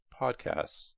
podcasts